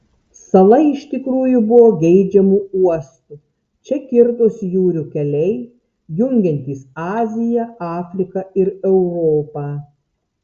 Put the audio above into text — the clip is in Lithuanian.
sala iš tikrųjų buvo geidžiamu uostu čia kirtosi jūrų keliai jungiantys aziją afriką ir europą